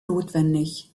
notwendig